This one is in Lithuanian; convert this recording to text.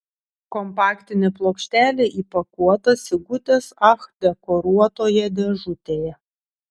kompaktinė plokštelė įpakuota sigutės ach dekoruotoje dėžutėje